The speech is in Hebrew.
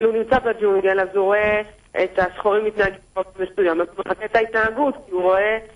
כשהוא נמצא בג׳ונגל אז הוא רואה את השחורים מתנהגים באופן מסוים אז הוא מחקה את ההתנהגות כי הוא רואה...